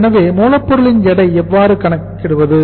எனவே மூலப் பொருளின் எடையை எவ்வாறு கணக்கிடுவது